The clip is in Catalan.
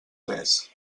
tres